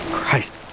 Christ